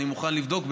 אני מוכן לבדוק,